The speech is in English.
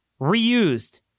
reused